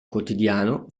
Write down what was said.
quotidiano